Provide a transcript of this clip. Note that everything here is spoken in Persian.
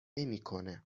نمیکنه